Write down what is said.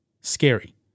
scary